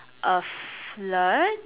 a flirt